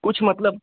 कुछ मतलब